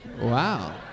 Wow